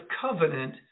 covenant